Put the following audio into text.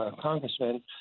congressman